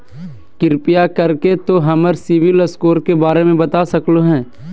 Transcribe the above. कृपया कर के तों हमर सिबिल स्कोर के बारे में बता सकलो हें?